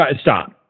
stop